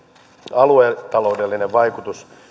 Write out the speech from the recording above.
aluetaloudellinen vaikutus